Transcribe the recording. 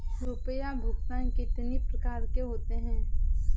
रुपया भुगतान कितनी प्रकार के होते हैं?